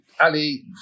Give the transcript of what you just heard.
Ali